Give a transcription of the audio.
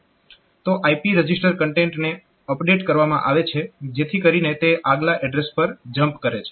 તો IP register કન્ટેન્ટને update કરવામાં આવે છે જેથી કરીને તે આગલા એડ્રેસ પર જમ્પ કરે છે